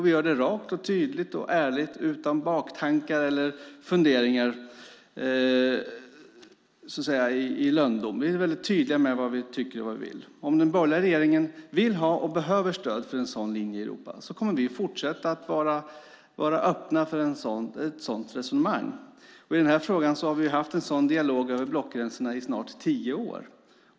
Vi gör det rakt, tydligt och ärligt utan baktankar eller funderingar i lönndom. Vi är väldigt tydliga med vad vi tycker och vill. Om den borgerliga regeringen vill ha och behöver stöd för en sådan linje i Europa kommer vi att fortsätta vara öppna för ett sådant resonemang. I den här frågan har vi haft en sådan dialog över blockgränserna i snart tio år.